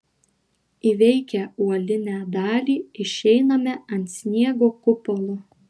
įveikę uolinę dalį išeiname ant sniego kupolo